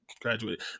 graduated